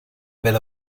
bit